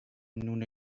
نون